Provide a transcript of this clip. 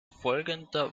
folgender